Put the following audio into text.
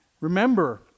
Remember